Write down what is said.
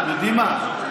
אתם יודעים מה?